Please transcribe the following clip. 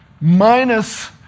minus